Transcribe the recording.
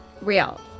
Real